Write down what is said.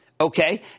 Okay